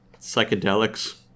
Psychedelics